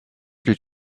did